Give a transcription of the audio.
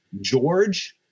George